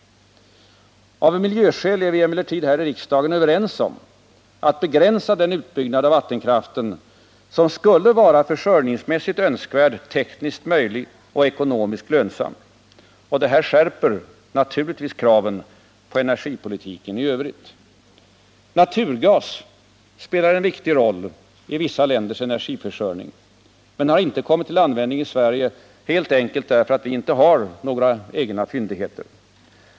Av miljöskäl är vi emellertid här i riksdagen överens om att begränsa den utbyggnad av vattenkraften som skulle vara försörjningsmässigt önskvärd, tekniskt möjlig och ekonomiskt lönsam. Detta skärper naturligtvis kraven på energipolitiken i övrigt. Naturgas spelar en viktig roll i vissa länders energiförsörjning men har inte kommit till användning i Sverige helt enkelt därför att vi inte har några egna fyndigheter.